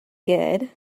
good